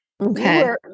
Okay